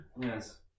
Yes